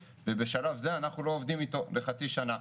ובשלב זה אנחנו לא עובדים אתו לחצי שנה.